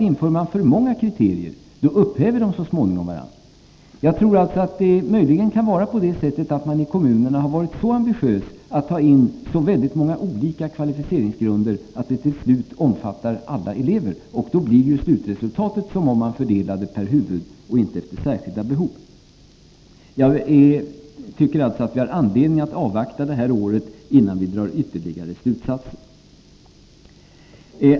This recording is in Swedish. Inför man för många kriterier upphäver dessa så småningom varandra. Jag tror alltså att det möjligen kan vara på det sättet att man ute i kommunerna varit så ambitiös att man tagit in så väldigt många olika kvalificeringsgrunder att de till slut omfattar alla elever. Då verkar det ju som om man fördelade per huvud och inte efter särskilda behov. Jag tycker alltså att vi har anledning att avvakta det här året, innan vi drar ytterligare slutsatser.